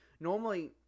Normally